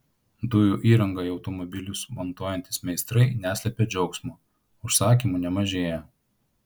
dujų įrangą į automobilius montuojantys meistrai neslepia džiaugsmo užsakymų nemažėja